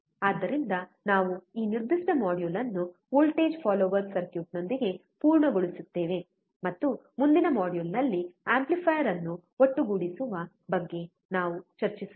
ಆದ್ದರಿಂದ ನಾವು ಈ ನಿರ್ದಿಷ್ಟ ಮಾಡ್ಯೂಲ್ ಅನ್ನು ವೋಲ್ಟೇಜ್ ಫಾಲೋಯರ್ ಸರ್ಕ್ಯೂಟ್ನೊಂದಿಗೆ ಪೂರ್ಣಗೊಳಿಸುತ್ತೇವೆ ಮತ್ತು ಮುಂದಿನ ಮಾಡ್ಯೂಲ್ನಲ್ಲಿ ಆಂಪ್ಲಿಫೈಯರ್ ಅನ್ನು ಒಟ್ಟುಗೂಡಿಸುವ ಬಗ್ಗೆ ನಾವು ಚರ್ಚಿಸುತ್ತೇವೆ